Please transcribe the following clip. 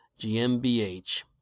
GmbH